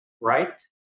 right